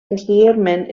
posteriorment